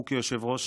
הוא כיושב-ראש